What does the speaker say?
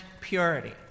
purity